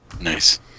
Nice